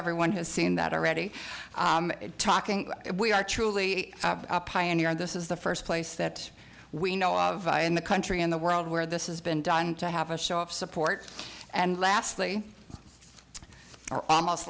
everyone has seen that already talking about it we are truly a pioneer and this is the first place that we know of in the country in the world where this is been done to have a show of support and lastly almost